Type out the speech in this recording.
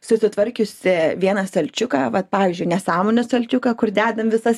susitvarkiusi vieną stalčiuką vat pavyzdžiui nesąmonių stalčiuką kur dedam visas